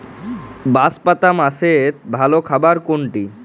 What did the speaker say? বাঁশপাতা মাছের ভালো খাবার কোনটি?